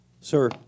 Sir